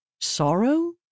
Sorrow